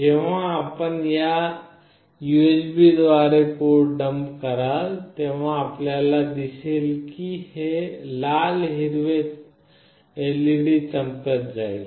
जेव्हा आपण या USB द्वारे कोड डंप कराल तेव्हा आपल्याला दिसेल की हे लाल हिरवे LED चमकत जाईल